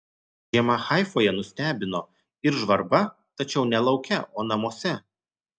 žiema haifoje nustebino ir žvarba tačiau ne lauke o namuose